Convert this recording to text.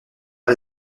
par